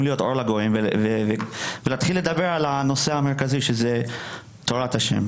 להיות אור לגויים ולהתחיל לדבר על הנושא המרכזי שהוא תורת ה'.